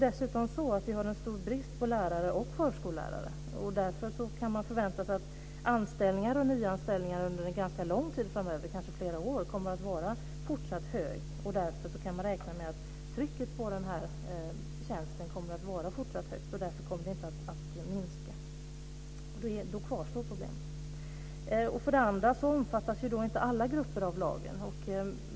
Dessutom har vi ju en stor brist på lärare och förskollärare. Därför kan man förvänta sig att antalet anställningar och nyanställningar under en ganska lång tid framöver, kanske flera år, kommer att vara fortsatt högt. Därför kan man också räkna med att trycket på denna tjänst kommer att vara fortsatt högt. Det kommer inte att minska, och då kvarstår problemet. Vidare omfattas ju inte alla grupper av lagen.